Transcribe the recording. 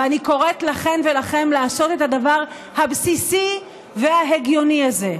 ואני קוראת לכן ולכם לעשות את הדבר הבסיסי וההגיוני הזה.